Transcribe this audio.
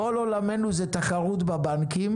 כול עולמנו זה תחרות בבנקים